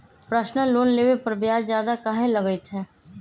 Personal loan लेबे पर ब्याज ज्यादा काहे लागईत है?